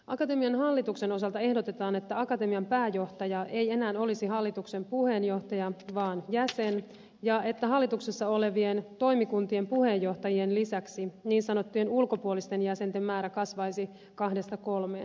akatemian hallituksen osalta ehdotetaan että akatemian pääjohtaja ei enää olisi hallituksen puheenjohtaja vaan jäsen ja että hallituksessa olevien toimikuntien puheenjohtajien lisäksi niin sanottujen ulkopuolisten jäsenten määrä kasvaisi kahdesta kolmeen